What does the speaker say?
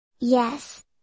Yes